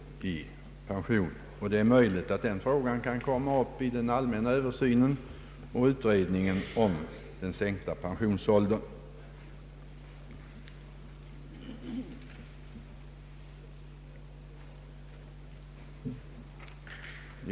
Det är möjligt att den frågan kan tas upp i den allmänna översynen av pensionsbestämmelserna och i utredningen om en generellt sänkt pensionsålder.